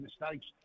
mistakes